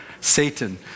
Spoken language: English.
Satan